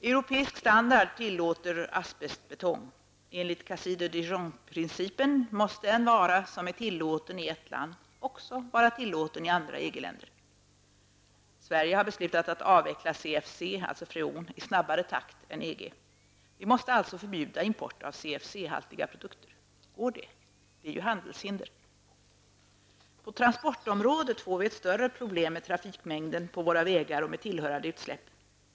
Cassis de Dijon-principen måste en vara som är tillåten i ett land också vara tillåten i alla andra EG Sverige har beslutat att avveckla CFC dvs. freon i snabbare takt än EG. Vi måste alltså förbjuda import av CFC-haltiga produkter. Går det? Det är ju handelshinder. På transportområdet får vi ett större problem med trafikmängden på våra vägar och tillhörande utsläpp.